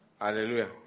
Hallelujah